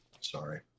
Sorry